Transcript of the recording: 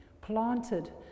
planted